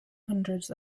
hundreds